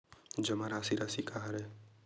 जमा राशि राशि का हरय?